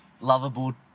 lovable